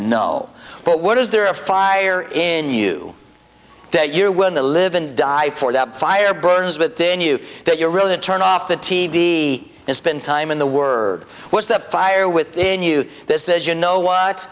no but what is there a fire in you that you're willing to live and die for that fire burns but then you that you're really a turn off the t v and spend time in the word was the fire within you this is you know w